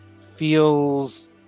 feels